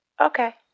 okay